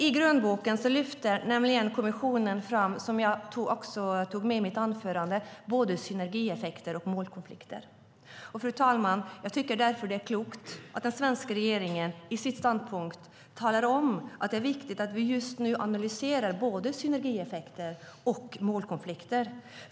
I grönboken lyfter kommissionen fram både synergieffekter och målkonflikter, vilket jag tog upp i mitt anförande. Jag tycker därför, fru talman, att det är klokt att den svenska regeringen i sin ståndpunkt talar om att det är viktigt att vi analyserar både synergieffekter och målkonflikter.